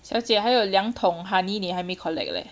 小姐还有两桶 honey 你还没 collect leh